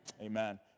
Amen